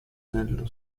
nello